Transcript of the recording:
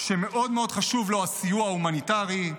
שמאוד מאוד חשוב לו הסיוע ההומניטרי,